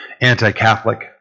anti-Catholic